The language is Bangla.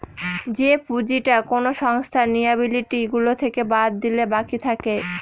যে পুঁজিটা কোনো সংস্থার লিয়াবিলিটি গুলো থেকে বাদ দিলে বাকি থাকে